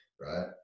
right